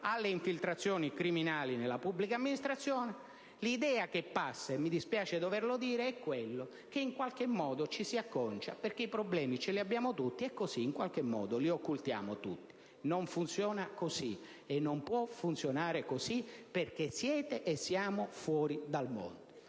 alle infiltrazioni criminali nella pubblica amministrazione. L'idea che passa - mi spiace doverlo dire - è che, in qualche modo, ci si acconcia perché i problemi li abbiamo tutti e così, in qualche modo, li occultiamo tutti. Non funziona, e non può funzionare, in tal modo, perché siete e siamo fuori dal mondo.